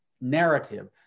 narrative